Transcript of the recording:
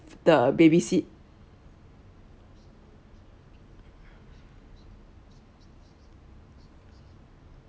the baby seat